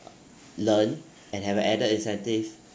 learn and have a added incentive